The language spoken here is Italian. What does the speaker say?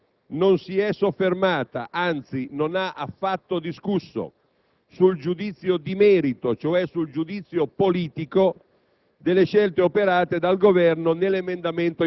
la Commissione non si è soffermata, anzi non ha affatto discusso sul giudizio di merito, cioè sul giudizio politico